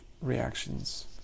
reactions